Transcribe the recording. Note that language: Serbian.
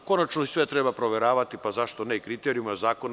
Konačno, sve treba proveravati, pa zašto ne i kriterijume zakona.